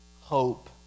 hope